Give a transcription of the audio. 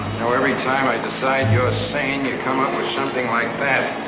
know, every time i decide you're sane, you come up with something like that.